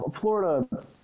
Florida –